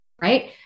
right